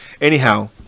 Anyhow